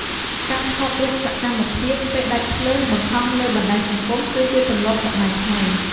ការថតរូបភាពសកម្មភាពពេលដាច់ភ្លើងបង្ហោះលើបណ្តាញសង្គម គឺជាទម្លាប់សម័យថ្មី។